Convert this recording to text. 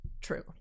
true